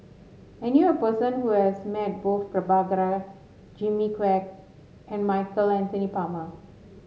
I knew a person who has met both Prabhakara Jimmy Quek and Michael Anthony Palmer